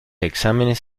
exámenes